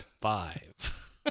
Five